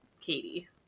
Katie